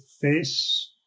face